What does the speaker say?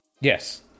Yes